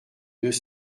deux